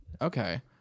Okay